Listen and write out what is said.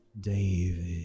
David